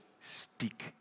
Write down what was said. speak